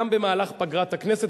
גם במהלך פגרת הכנסת.